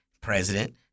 president